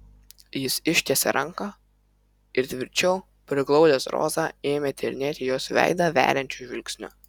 jis ištiesė ranką ir tvirčiau priglaudęs rozą ėmė tyrinėti jos veidą veriančiu žvilgsniu